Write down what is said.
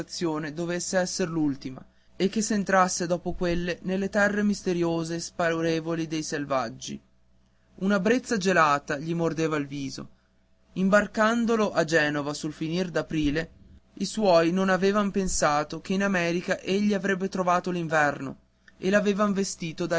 dovesse essere l'ultima e che s'entrasse dopo quella nelle terre misteriose e spaurevoli dei selvaggi una brezza gelata gli mordeva il viso imbarcandolo a genova sul finir d'aprile i suoi non avevan pensato che in america egli avrebbe trovato l'inverno e l'avevan vestito da